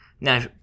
Now